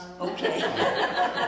Okay